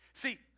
See